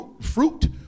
fruit